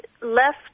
left